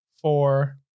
four